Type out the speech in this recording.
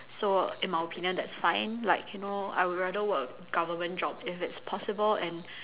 so in my opinion that's fine like you know I would rather work a government job if it's possible and